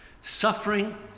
suffering